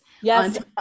Yes